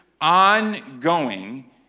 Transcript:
ongoing